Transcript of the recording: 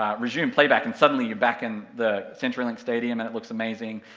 resume playback and suddenly you're back in the centurylink stadium and it looks amazing,